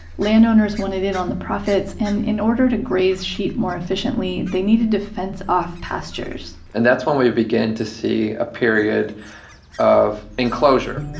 landowners wanted in on the profits and in order to graze sheep more efficiently, they needed to fence off pastures. and that's when we began to see a period of enclosure